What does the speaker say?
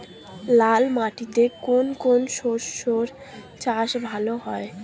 লাল মাটিতে কোন কোন শস্যের চাষ ভালো হয়?